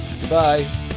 Goodbye